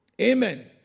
Amen